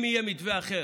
אם יהיה מתווה אחר,